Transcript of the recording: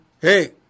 Hey